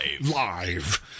live